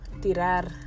tirar